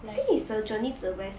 like